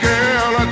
Girl